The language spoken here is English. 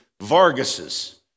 Vargas's